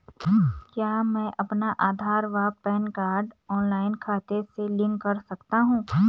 क्या मैं अपना आधार व पैन कार्ड ऑनलाइन खाते से लिंक कर सकता हूँ?